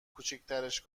کوچیکترش